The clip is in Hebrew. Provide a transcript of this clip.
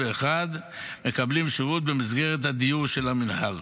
מקבלים שירות במסגרת הדיור של המינהל